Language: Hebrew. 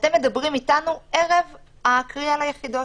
ואתם מדברים איתנו ערב הקריאה ליחידות.